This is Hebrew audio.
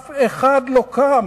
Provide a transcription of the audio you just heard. אף אחד לא קם.